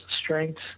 strengths